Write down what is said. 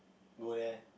go there